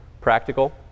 practical